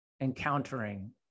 encountering